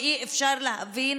ואי-אפשר להבין